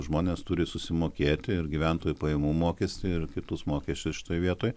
žmonės turi susimokėti ir gyventojų pajamų mokestį ir kitus mokesčius šitoj vietoj